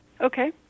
Okay